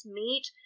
meat